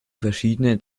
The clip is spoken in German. verschiedenen